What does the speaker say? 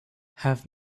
have